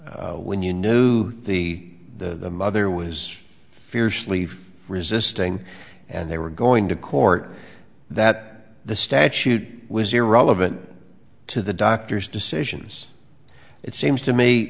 when you knew the the mother was fiercely resisting and they were going to court that the statute was irrelevant to the doctor's decisions it seems to me